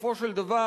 בסופו של דבר,